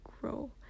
grow